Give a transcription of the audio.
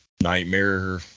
nightmare